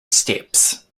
steps